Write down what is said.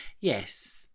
yes